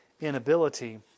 inability